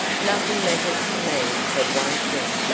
nothing matters to me but one thing.